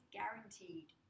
guaranteed